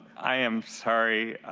i am sorry,